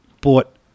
bought